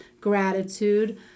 gratitude